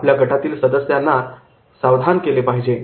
आपण गटातील सदस्यांना सावधान केले पाहिजे